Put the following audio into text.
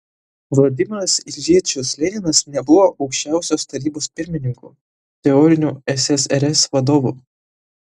vladimiras iljičius leninas nebuvo aukščiausios tarybos pirmininku teoriniu ssrs vadovu